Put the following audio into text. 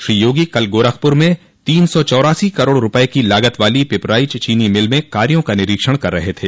श्री योगी कल गोरखपुर में तीन सौ चौरासी करोड़ रूपये की लागत वाली पिपराइच चीनी मिल में कार्यों का निरीक्षण कर रहे थे